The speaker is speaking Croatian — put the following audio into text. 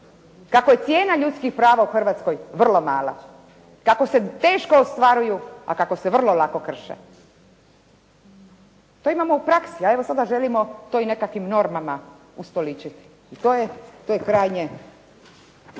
kako je cijena ljudskih prava u Hrvatskoj vrlo mala, kako se teško ostvaruju a kako se vrlo lako krše. To imamo u praksi, a evo sada želimo to i nekakvim normama ustoličiti. To je krajnje